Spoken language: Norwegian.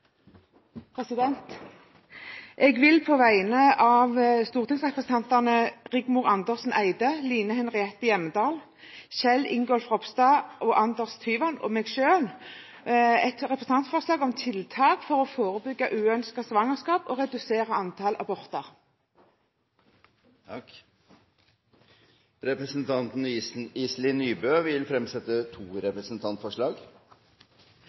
På vegne av representantene Rigmor Andersen Eide, Line Henriette Hjemdal, Kjell Ingolf Ropstad, Anders Tyvand og meg selv vil jeg sette fram et representantforslag om tiltak for å forebygge uønskede svangerskap og redusere antall aborter. Representanten Iselin Nybø vil fremsette to